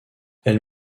elle